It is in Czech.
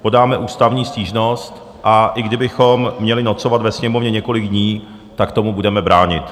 Podáme ústavní stížnost, a i kdybychom měli nocovat ve Sněmovně několik dní, tak tomu budeme bránit.